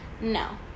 No